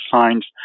signs